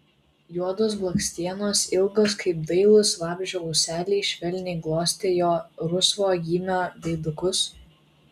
juodos blakstienos ilgos kaip dailūs vabzdžio ūseliai švelniai glostė jo rusvo gymio veidukus